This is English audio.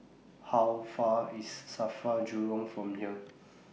How Far IS SAFRA Jurong from here